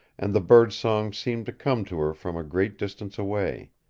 and the birdsong seemed to come to her from a great distance away.